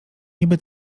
niby